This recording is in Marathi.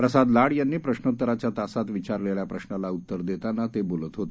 प्रसाद लाड यांनी प्रश्रोत्तराच्या तासात विचारलेल्या प्रश्राला उत्तर देताना ते बोलत होते